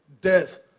death